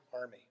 army